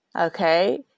Okay